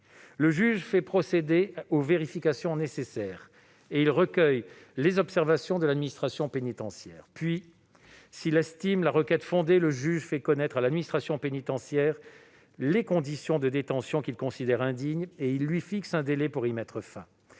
Le juge fait procéder aux vérifications nécessaires et il recueille les observations de l'administration pénitentiaire. Ensuite, s'il estime la requête fondée, le juge fait connaître à l'administration pénitentiaire les conditions de détention qu'il considère indignes et il lui fixe un délai pour y mettre fin.